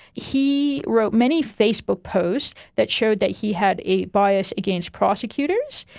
he wrote many facebook posts that showed that he had a bias against prosecutors,